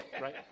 right